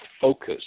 focus